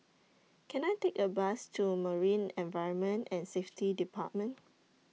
Can I Take A Bus to Marine Environment and Safety department